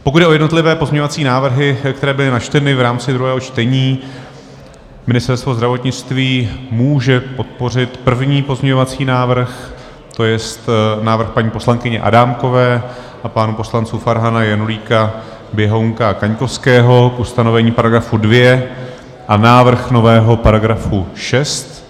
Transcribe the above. Pokud jde o jednotlivé pozměňovací návrhy, které byly načteny v rámci druhého čtení, Ministerstvo zdravotnictví může podpořit první pozměňovací návrh, tj. návrh paní poslankyně Adámkové a pánů poslanců Farhana, Janulíka, Běhounka a Kaňkovského k ustanovení § 2, a návrh nového § 6.